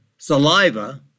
saliva